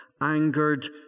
angered